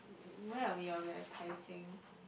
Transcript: um where are we ah we are at Tai-Seng